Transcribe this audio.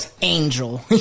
Angel